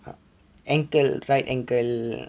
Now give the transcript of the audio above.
uh ankle right ankle